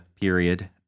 period